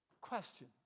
question